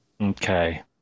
okay